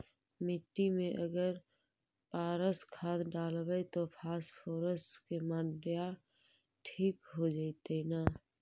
मिट्टी में अगर पारस खाद डालबै त फास्फोरस के माऋआ ठिक हो जितै न?